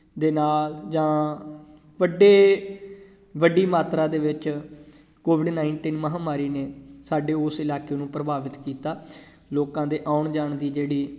ਦੇ ਨਾਲ ਜਾਂ ਵੱਡੇ ਵੱਡੀ ਮਾਤਰਾ ਦੇ ਵਿੱਚ ਕੋਵਿਡ ਨਾਈਨਟੀਨ ਮਹਾਂਮਾਰੀ ਨੇ ਸਾਡੇ ਉਸ ਇਲਾਕੇ ਨੂੰ ਪ੍ਰਭਾਵਿਤ ਕੀਤਾ ਲੋਕਾਂ ਦੇ ਆਉਣ ਜਾਣ ਦੀ ਜਿਹੜੀ